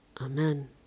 Amen